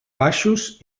baixos